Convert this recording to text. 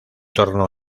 torno